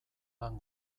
lan